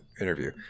interview